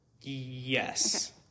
Yes